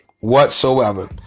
whatsoever